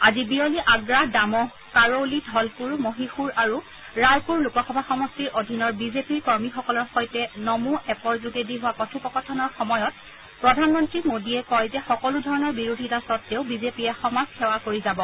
আজি বিয়লি আগ্ৰা ডামোহ কাৰোলি ঢলপুৰ মহিশূৰ আৰু ৰায়পুৰ লোকসভা সমষ্টিৰ অধীনৰ বিজেপিৰ কৰ্মীসকলৰ সৈতে নমো এপ'ৰ যোগেদি হোৱা কথোপকথনৰ সময়ত প্ৰধানমন্ত্ৰী মোডীয়ে কয় যে সকলোধৰণৰ বিৰোধিতা স্বত্বেও বিজেপিয়ে সমাজ সেৱা কৰি যাব